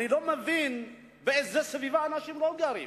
אני לא מבין באיזו סביבה אנשים לא גרים.